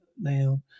now